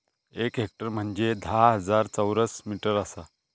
एक हेक्टर म्हंजे धा हजार चौरस मीटर आसा